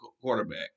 quarterback